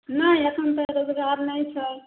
नहि एखन तऽ रोजगार नहि छै